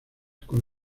con